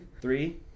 Three